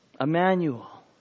Emmanuel